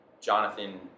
Jonathan